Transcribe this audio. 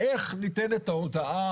איך ניתנת ההודעה